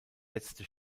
letzte